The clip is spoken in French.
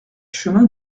chemin